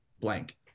blank